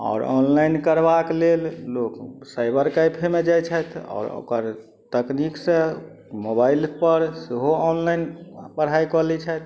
आओर ऑनलाइन करबाक लेल लोक साइबर कैफेमे जाइ छथि आओर ओकर तकनीकसँ मोबाइलपर सेहो ऑनलाइन पढ़ाइ कऽ लै छथि